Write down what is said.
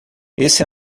esse